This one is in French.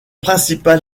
principal